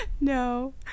No